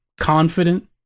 confident